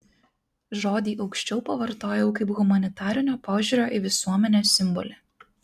žodį aukščiau pavartojau kaip humanitarinio požiūrio į visuomenę simbolį